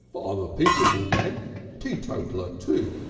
but i'm a peaceable man teetotaller, too,